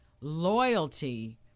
loyalty